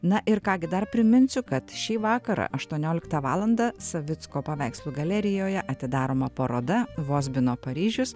na ir ką gi dar priminsiu kad šį vakarą aštuonioliktą valandą savicko paveikslų galerijoje atidaroma paroda vozbino paryžius